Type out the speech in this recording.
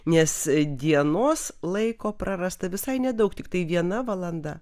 nes dienos laiko prarasta visai nedaug tiktai viena valanda